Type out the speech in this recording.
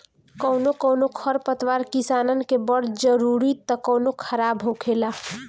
कौनो कौनो खर पतवार किसानन के बड़ जरूरी त कौनो खराब होखेला